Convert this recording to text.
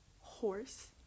horse